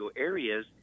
areas